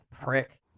Prick